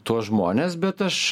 tuos žmones bet aš